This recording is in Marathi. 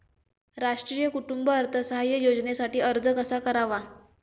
राष्ट्रीय कुटुंब अर्थसहाय्य योजनेसाठी अर्ज कसा करावा?